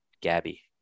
Gabby